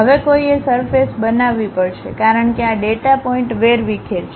હવે કોઈએ સરફેસ બનાવવી પડશે કારણ કે આ ડેટા પોઇન્ટ વેરવિખેર છે